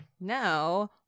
Now